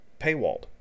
paywalled